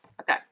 Okay